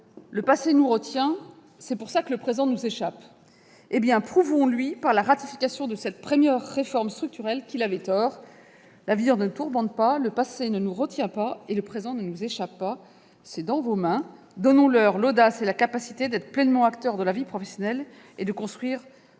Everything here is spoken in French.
le passé nous retient, c'est pour ça que le présent nous échappe ». Prouvons-lui, par la ratification de cette première réforme structurelle, qu'il avait tort ! L'avenir ne nous tourmente pas, le passé ne nous retient pas et le présent ne nous échappe pas ! Il est aujourd'hui entre vos mains. Donnons à nos concitoyens l'audace et la capacité d'être pleinement acteurs de leur vie professionnelle et de construire